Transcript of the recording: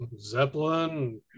Zeppelin